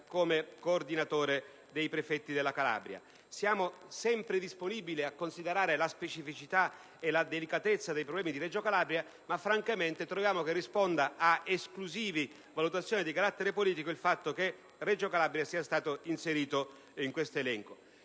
quale coordinatore dei prefetti della Calabria. Siamo sempre disponibili a considerare la specificità e la delicatezza dei problemi di Reggio Calabria, ma, francamente, troviamo che risponda ad esclusive valutazioni di carattere politico l'inserimento di questa città in tale elenco.